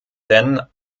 denn